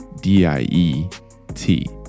d-i-e-t